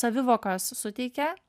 savivokos suteikia